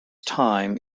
time